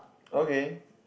okay